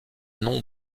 nom